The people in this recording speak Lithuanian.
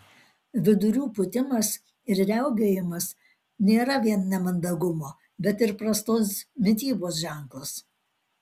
vidurių pūtimas ir riaugėjimas nėra vien nemandagumo bet ir prastos mitybos ženklas